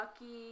Lucky